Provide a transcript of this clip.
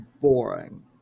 boring